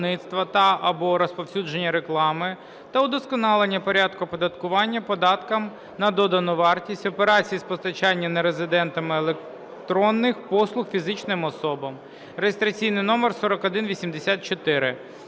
та/або розповсюдження реклами та удосконалення порядку оподаткування податком на додану вартість операцій з постачання нерезидентами електронних послуг фізичним особам (реєстраційний номер 4184).